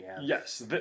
yes